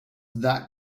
that